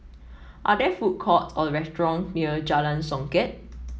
are there food courts or restaurant near Jalan Songket